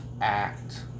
Act